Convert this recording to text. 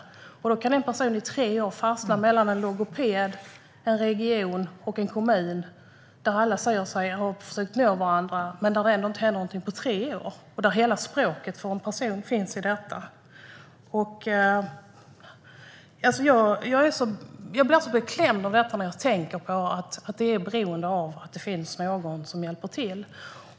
På så sätt kan en person fastna mellan en logoped, en region och en kommun där alla säger sig ha försökt nå varandra men där det ändå inte har hänt någonting på tre år, fastän personens hela språk finns i detta. Jag blir så beklämd när jag tänker på att det är så beroende av att det finns någon som hjälper till.